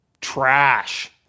trash